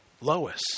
Lois